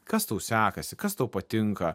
kas tau sekasi kas tau patinka